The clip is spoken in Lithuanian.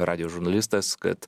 radijo žurnalistas kad